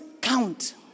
count